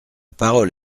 parole